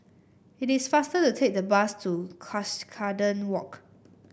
it is faster to take the bus to Cuscaden Walk